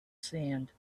sand